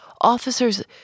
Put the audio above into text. Officers